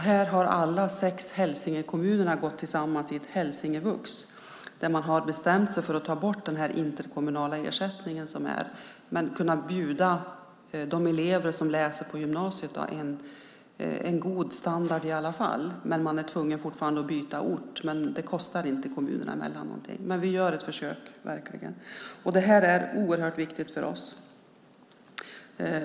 Här har alla sex hälsingekommunerna gått ihop i ett hälsingevux, och de har bestämt sig för att ta bort den interkommunala ersättningen men ändå bjuda de elever som läser på gymnasiet en god standard. De är fortfarande tvungna att byta ort, men det kostar inte kommunerna något. Vi gör verkligen ett försök. Det här är oerhört viktigt för oss.